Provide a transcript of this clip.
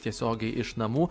tiesiogiai iš namų